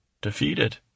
defeated